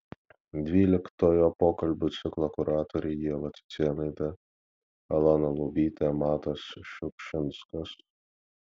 dvyliktojo pokalbių ciklo kuratoriai ieva cicėnaitė elona lubytė matas šiupšinskas